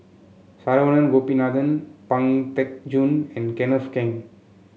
Saravanan Gopinathan Pang Teck Joon and Kenneth Keng